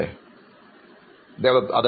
അഭിമുഖം സ്വീകരിക്കുന്നയാൾ അതെ